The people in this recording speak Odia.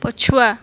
ପଛୁଆ